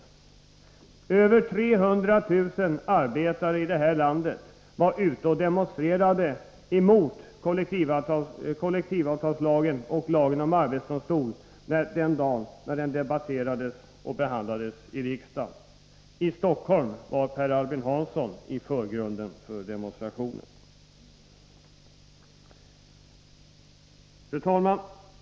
Över 300 000 arbetare i det här landet var ute och demonstrerade emot kollektivavtalslagen och lagen om arbetsdomstol den dag då dessa lagar debatterades och beslutades i riksdagen. I Stockholm gick Per Albin Hansson i spetsen för demonstrationen. Fru talman!